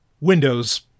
windows